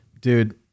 Dude